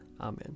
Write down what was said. Amen